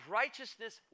righteousness